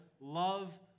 love